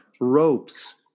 ropes